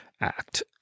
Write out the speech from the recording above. act